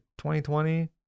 2020